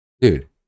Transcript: Dude